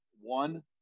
One